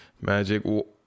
Magic